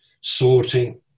sorting